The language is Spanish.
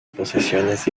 procesiones